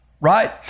right